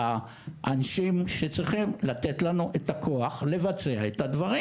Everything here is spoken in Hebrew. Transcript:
האנשים שצריכים לתת לנו את הכוח לבצע את הדברים?